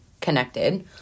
connected